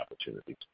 opportunities